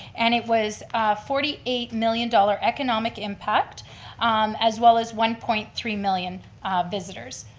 and it was forty eight million dollars economic impact as well as one point three million visitors.